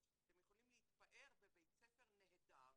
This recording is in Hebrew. אתם יכולים להתפאר בבית ספר נהדר,